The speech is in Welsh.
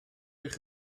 eich